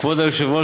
כבוד היושב-ראש,